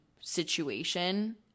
situation